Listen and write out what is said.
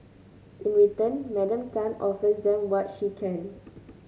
in return Madam Tan offers them what she can